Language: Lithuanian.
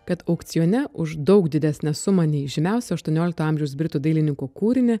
kad aukcione už daug didesnę sumą nei žymiausio aštuoniolikto amžiaus britų dailininko kūrinį